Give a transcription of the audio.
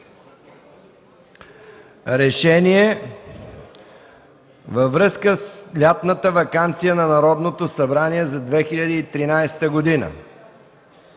„РЕШЕНИЕ във връзка с лятната ваканция на Народното събрание за 2013 г.